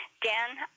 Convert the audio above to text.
Dan